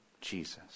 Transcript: Jesus